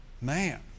man